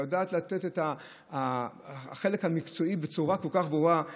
לדעת לתת את החלק המקצועי בצורה כל כך ברורה,